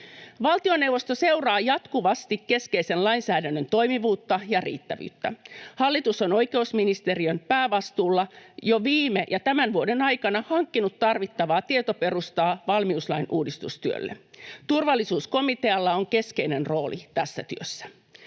Valtioneuvosto seuraa jatkuvasti keskeisen lainsäädännön toimivuutta ja riittävyyttä. Hallitus on oikeusministeriön päävastuulla jo viime ja tämän vuoden aikana hankkinut tarvittavaa tietoperustaa valmiuslain uudistustyölle. Turvallisuuskomitealla on keskeinen rooli tässä työssä.